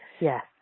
Yes